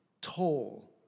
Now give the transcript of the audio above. toll